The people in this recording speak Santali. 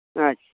ᱟᱪᱪᱷᱟ